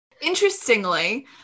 Interestingly